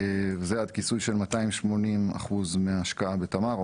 זה עד כיסוי של 280 אחוז מההשקעה בתמר,